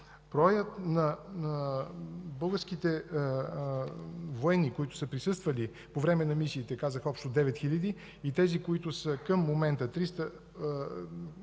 Броят на българските военни, които са присъствали по време на мисиите, казах общо – 9000, и тези, които са били към края